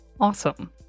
awesome